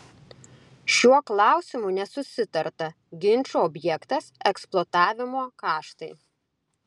šiuo klausimu nesusitarta ginčų objektas eksploatavimo kaštai